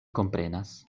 komprenas